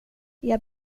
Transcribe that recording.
jag